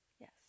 yes